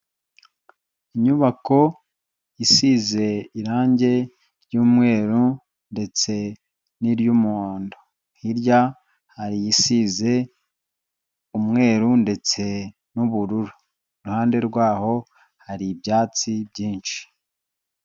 Inyubako isize irangi ry'umweru ndetse n'iry'umuhondo, hirya hari isize umweru ndetse n'ubururu, iruhande rwaho hari ibyatsi byinshi.